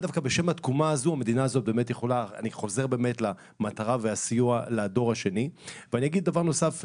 אני חוזר למטרה ולסיוע לדור השני ואני אגיד דבר נוסף,